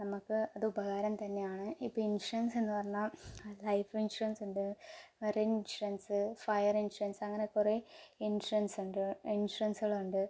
നമുക്ക് അത് ഉപകാരം തന്നെയാണ് ഇപ്പോൾ ഇൻഷുറൻസെന്ന് പറഞ്ഞാൽ ലൈഫ് ഇൻഷുറൻസുണ്ട് വെറും ഇൻഷുറൻസ് ഫയർ ഇൻഷുറൻസ് അങ്ങനെ കുറേ ഇൻഷുറൻസുണ്ട് ഇൻഷുറൻസുകളുണ്ട്